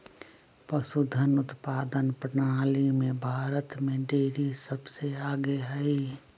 पशुधन उत्पादन प्रणाली में भारत में डेरी सबसे आगे हई